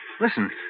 Listen